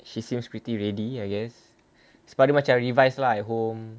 she seems pretty ready I guess sebab dia macam revise lah at home